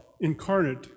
incarnate